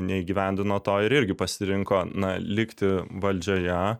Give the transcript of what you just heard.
neįgyvendino to ir irgi pasirinko na likti valdžioje